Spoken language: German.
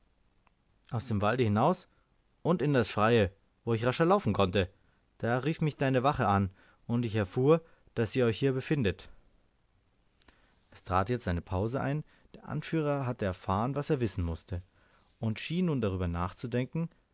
aus dem walde hinaus und in das freie wo ich rascher laufen konnte da rief mich deine wache an und ich erfuhr daß ihr euch hier befindet es trat jetzt eine pause ein der anführer hatte erfahren was er wissen mußte und schien nun darüber nachzudenken